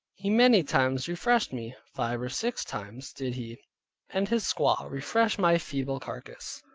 he many times refreshed me five or six times did he and his squaw refresh my feeble carcass.